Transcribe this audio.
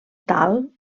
tal